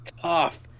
tough